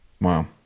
Wow